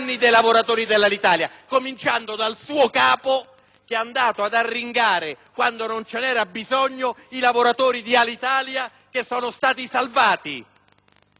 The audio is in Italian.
che è andato ad arringare, quando non ce n'era bisogno, i lavoratori di Alitalia. Quei lavoratori che sono stati salvati, perché se avessimo fatto quanto diceva o pensava